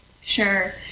Sure